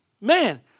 Man